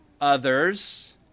others